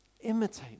Imitate